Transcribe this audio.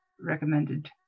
recommended